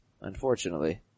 Unfortunately